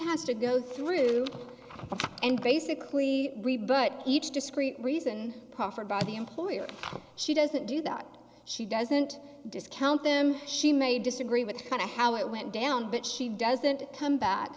has to go through and basically rebut each discrete reason proffered by the employer she doesn't do that she doesn't discount them she may disagree with kind of how it went down but she doesn't come back